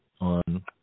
on